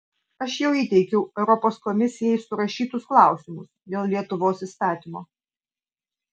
aš jau įteikiau europos komisijai surašytus klausimus dėl lietuvos įstatymo